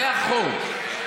זה החוק.